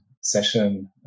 session